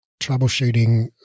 troubleshooting